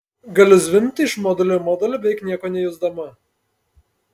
galiu zvimbti iš modulio į modulį beveik nieko nejusdama